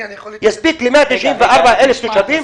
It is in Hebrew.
יספיק ל-194,000 תושבים?